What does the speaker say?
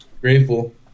grateful